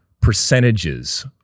percentages